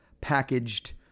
packaged